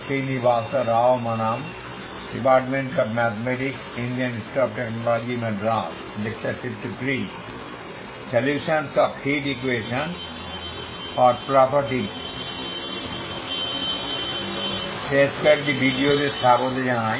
শেষ কয়েকটি ভিডিওতে স্বাগত জানাই